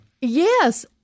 Yes